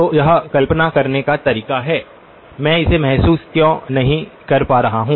तो यह कल्पना करने का तरीका है मैं इसे महसूस क्यों नहीं कर पा रहा हूं